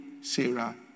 Sarah